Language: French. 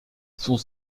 sont